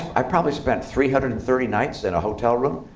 i probably spent three hundred and thirty nights in a hotel room,